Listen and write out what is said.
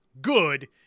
good